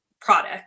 product